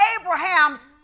Abraham's